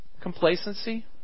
complacency